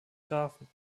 graphen